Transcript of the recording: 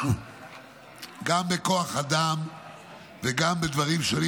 גם בכוח אדם וגם בדברים שונים.